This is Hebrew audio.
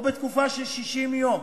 או בתקופה של 60 יום